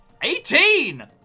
eighteen